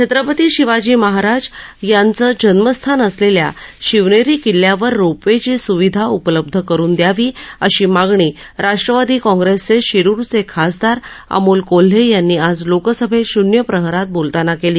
छत्रपती शिवाजी महाराज यांचं जन्मस्थान असलक्ष्या शिवनधी किल्ल्यावर रोप वध ची सुविधा उपलब्ध करून दयावी अशी मागणी राष्ट्रवादी काँग्रक्षच शिरुरच खासदार अमोल कोल्ह यांनी आज लोकसभप्र शून्य प्रहरात बोलताना कली